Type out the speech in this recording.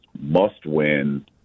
must-win